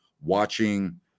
watching